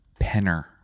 Penner